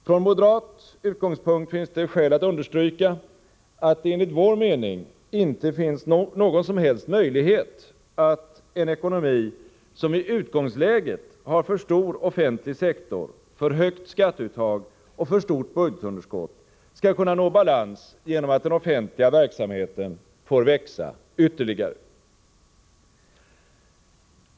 Från moderat utgångspunkt finns det skäl att understryka att det enligt vår mening inte finns någon som helst möjlighet att en ekonomi, som i utgångsläget har för stor offentlig sektor, för högt skatteuttag och för stort budgetunderskott, skall kunna nå balans genom att den offentliga verksamheten får växa ytterligare.